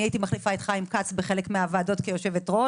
אני הייתי מחליפה את חיים כץ בחלק מהוועדות כיושבת-ראש,